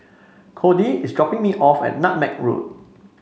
Codey is dropping me off at Nutmeg Road